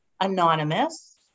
anonymous